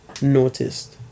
noticed